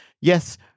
Yes